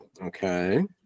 Okay